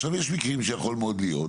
עכשיו, יש מקרים שיכול מאוד להיות